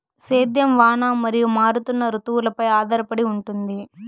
సేద్యం వాన మరియు మారుతున్న రుతువులపై ఆధారపడి ఉంటుంది